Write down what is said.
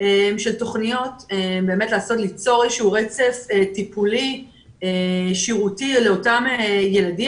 תוכניות היא כדי ליצור איזשהו רצף טיפולי ושירותי לאותם ילדים.